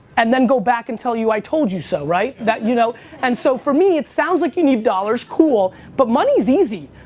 and then go back and tell you i told you so, right? that you know and so, for me it's sounds like you need dollars but, money is easy.